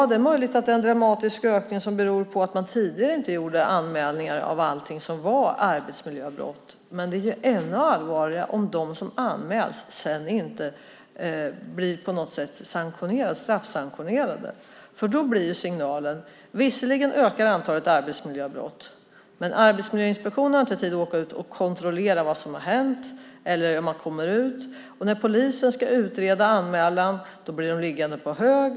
Det är möjligt att det är en dramatisk ökning som beror på att man tidigare inte gjorde anmälningar av allting som var arbetsmiljöbrott. Men det är ju ännu allvarligare om de som anmäls sedan inte på något sätt blir straffsanktionerade. Då blir signalen: Visserligen ökar antalet arbetsmiljöbrott, men Arbetsmiljöinspektionen har inte tid att åka ut och kontrollera vad som har hänt. När polisen ska utreda anmälningarna blir de liggande på hög.